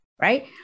right